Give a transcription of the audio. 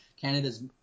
Canada's